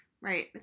Right